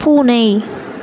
பூனை